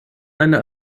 eine